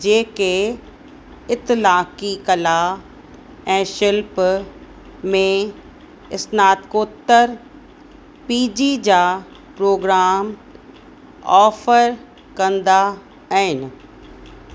जेके इतलाकी कला ऐं शिल्प में स्नातकोतर पीजी जा प्रोग्राम ऑफर कंदा आहिनि